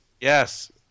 Yes